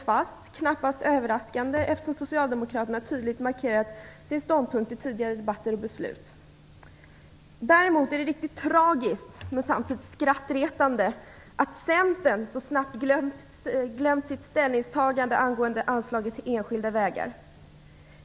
Detta är knappast överraskande, eftersom Socialdemokraterna tydligt har markerat sin ståndpunkt i tidigare debatter och beslut. Däremot är det riktigt tragiskt men samtidigt skrattretande att Centern så snabbt har glömt sitt ställningstagande angående anslaget till enskilda vägar.